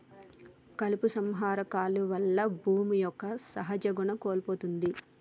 కలుపు సంహార కాలువల్ల భూమి యొక్క సహజ గుణం కోల్పోతుంది